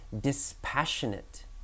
dispassionate